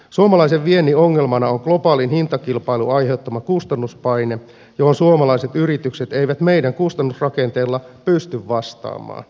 suomalaisen viennin ongelmana on globaalin hintakilpailun aiheuttama kustannuspaine johon suomalaiset yritykset eivät meidän kustannusrakenteella pysty vastaamaan